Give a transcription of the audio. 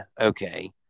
okay